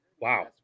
Wow